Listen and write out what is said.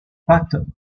pattes